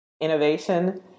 innovation